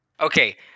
Okay